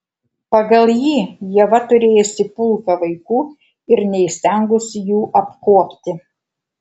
pagal jį ieva turėjusi pulką vaikų ir neįstengusi jų apkuopti